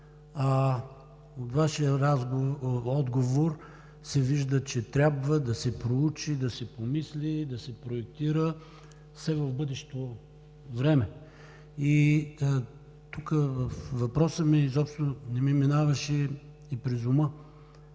а от Вашия отговор се вижда, че трябва да се проучи, да се помисли, да се проектира, все в бъдещо време. В моя въпрос изобщо не ми минаваше през ума